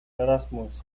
erasmus